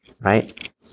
right